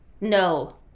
No